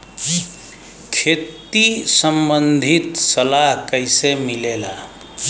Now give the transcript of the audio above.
खेती संबंधित सलाह कैसे मिलेला?